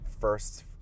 first